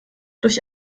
durch